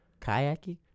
kayaking